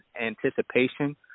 anticipation